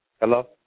Hello